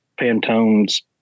Pantones